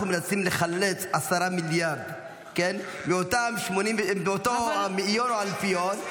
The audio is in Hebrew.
אנחנו מנסים לחלץ 10 מיליארד מאותו מאיון או אלפיון,